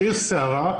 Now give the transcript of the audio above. שיש סערה,